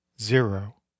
zero